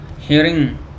hearing